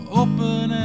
open